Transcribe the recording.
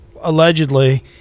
allegedly